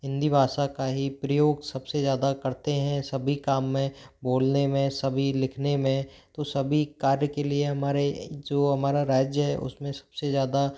हिंदी भासा का ही प्रयोग सब से ज़्यादा करते हैं सभी काम में बोलने में सभी लिखने में तो सभी कार्य के लिए हमारे जो हमारा राज्य है उस में सब से ज़्यादा